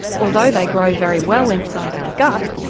although they grow very well inside our gut,